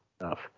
enough